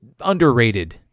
underrated